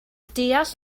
deall